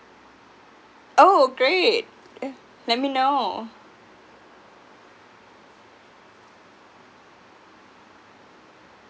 oh great uh let me know